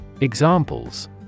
Examples